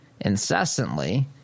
incessantly